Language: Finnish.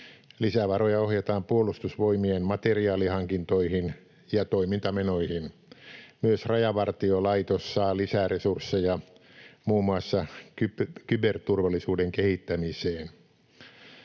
Lisävaroja ohjataan Puolustusvoimien materiaalihankintoihin ja toimintamenoihin. Myös Rajavartiolaitos saa lisää resursseja muun muassa kyberturvallisuuden kehittämiseen.